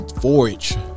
forage